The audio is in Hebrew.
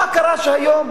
מה קרה היום,